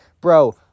bro